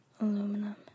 aluminum